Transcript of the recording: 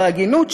בהגינות,